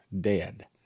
dead